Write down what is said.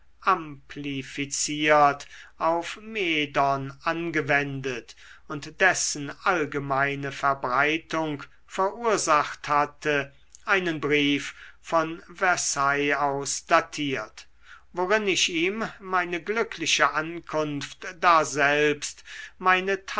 amplifiziert auf medon angewendet und dessen allgemeine verbreitung verursacht hatte einen brief von versailles aus datiert worin ich ihm meine glückliche ankunft daselbst